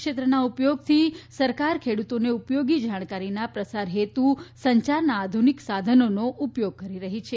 ક્ષેત્રના ઉપયોગથી સરકાર ખેડૂતોને ઉપયોગી જાણકારીના પ્રસાર હેતુ સંચારના આધુનિક સાધનોનો ઉપયોગ કરી રહી છે